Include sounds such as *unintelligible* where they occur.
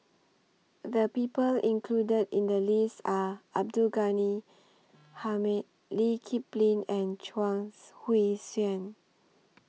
The People included in The list Are Abdul Ghani Hamid Lee Kip Lin and Chuang *unintelligible* Hui Tsuan